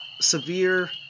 severe